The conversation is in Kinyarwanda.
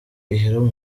ihera